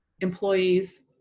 employees